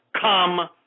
come